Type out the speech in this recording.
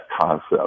concept